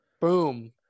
Boom